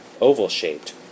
oval-shaped